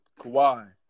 Kawhi